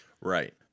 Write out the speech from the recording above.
Right